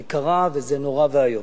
זה קרה, וזה נורא ואיום.